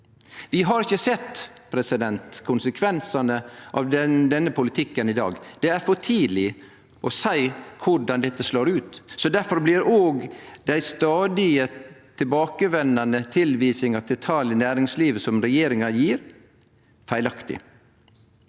Vi har ikkje sett konsekvensane av denne politikken i dag, det er for tidleg å seie korleis dette slår ut. Difor blir òg dei stadig tilbakevendande tilvisingane til tal i næringslivet som regjeringa gjev, feilaktige.